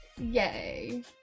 Yay